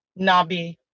Nabi